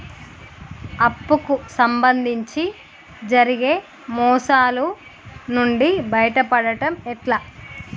అప్పు కు సంబంధించి జరిగే మోసాలు నుండి బయటపడడం ఎట్లా?